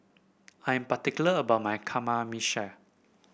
I'm particular about my Kamameshi